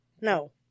No